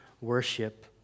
worship